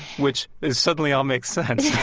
which is suddenly all makes sense.